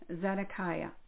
zedekiah